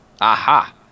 Aha